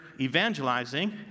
evangelizing